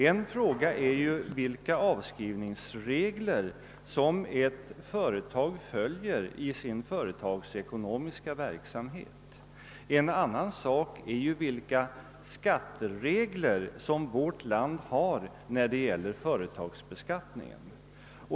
En fråga är vilka avskrivningsregler ett företag följer i sin företagsekonomiska verksamhet, en annan fråga är vilka regler vårt land har för företagsbeskattningen.